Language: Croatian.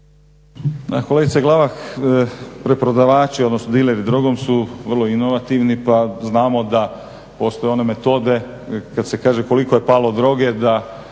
Kolegice Glavak, preprodavači odnosno dileri drogom su vrlo inovativni, pa znamo da postoje one metode kad se kaže koliko je palo droge da